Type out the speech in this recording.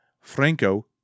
Franco